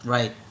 Right